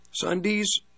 Sundays